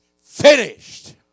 finished